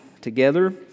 together